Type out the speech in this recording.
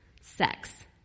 sex